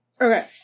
okay